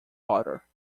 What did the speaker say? hatter